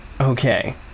Okay